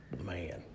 Man